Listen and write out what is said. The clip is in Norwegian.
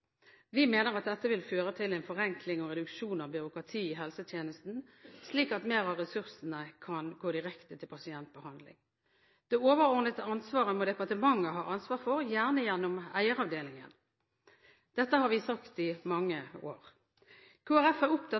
Vi mener at dette vil føre til en forenkling og reduksjon av byråkratiet i helsetjenesten, slik at mer av ressursene kan gå direkte til pasientbehandling. Det overordnede ansvaret må departementet ha, gjerne gjennom eieravdelingen. Dette har vi sagt i mange år. Kristelig Folkeparti er opptatt